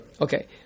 Okay